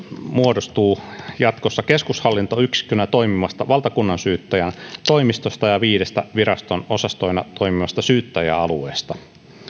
muodostuu jatkossa keskushallintoyksikkönä toimivasta valtakunnansyyttäjän toimistosta ja viidestä viraston osastona toimivasta syyttäjäalueesta